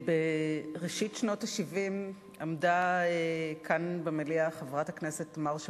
בראשית שנות ה-70 עמדה כאן במליאה חברת הכנסת מרשה